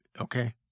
Okay